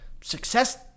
Success